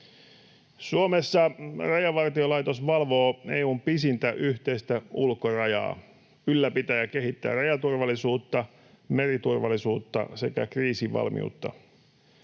Suomessa Rajavartiolaitos valvoo EU:n pisintä yhteistä ulkorajaa, ylläpitää ja kehittää rajaturvallisuutta, meriturvallisuutta sekä kriisivalmiutta.